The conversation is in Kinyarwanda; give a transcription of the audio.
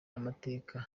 amateka